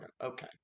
Okay